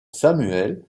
samuel